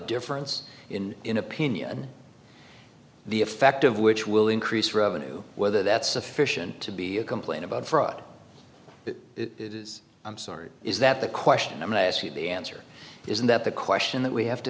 difference in in opinion the effect of which will increase revenue whether that's sufficient to be a complaint about fraud it is i'm sorry is that the question i ask you the answer isn't that the question that we have to